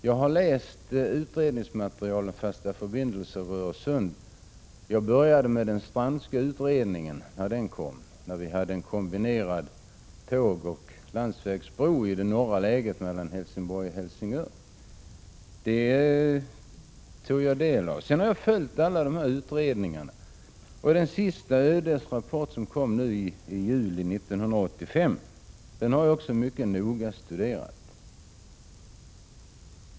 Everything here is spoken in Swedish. Jag har läst utredningsmaterialet om fasta förbindelser över Öresund. Jag började med den Strandska utredningen som gällde en kombinerad tågoch landsvägsbro i det norra läget mellan Helsingborg och Helsingör. Sedan har jag följt alla utredningarna. Den senaste är den rapport som kom i juli 1985, och den har jag också mycket noga studerat.